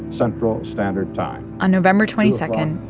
central standard time on november twenty second,